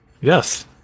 Yes